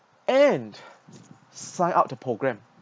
and sign up the program